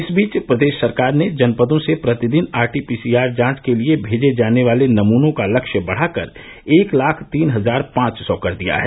इस बीच प्रदेश सरकार ने जनपदों से प्रतिदिन आरटी पीसीआर जांच के लिए भेजे जाने वाले नमूनों का लक्ष्य बढ़ाकर एक लाख तीन हजार पांच सौ कर दिया है